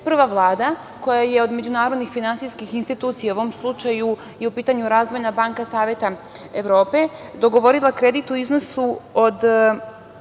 prva Vlada koja je od međunarodnih finansijskih institucija, u ovom slučaju je u pitanju Razvojna banka Saveta Evrope, dogovorila kredit u iznosu od